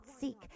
seek